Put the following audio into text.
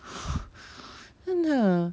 真的